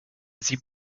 sie